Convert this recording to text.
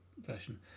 version